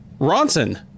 Ronson